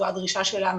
זו הדרישה שלנו,